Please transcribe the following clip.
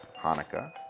Hanukkah